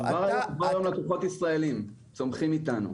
כבר היום לקוחות ישראלים צומחים אתנו.